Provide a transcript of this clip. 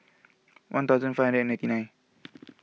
one thousand five and ninety nine